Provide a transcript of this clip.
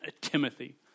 Timothy